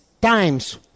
times